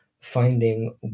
finding